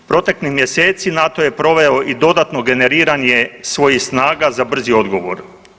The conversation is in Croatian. Proteklih mjeseci NATO je proveo i dodatno generiranje svojih snaga za brzi odgovor.